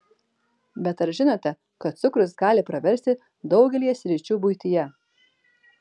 bet ar žinote kad cukrus gali praversti daugelyje sričių buityje